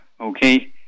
Okay